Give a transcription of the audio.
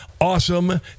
awesome